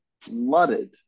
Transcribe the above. flooded